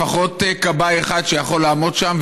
לפחות כבאי אחד שיכול לעמוד שם,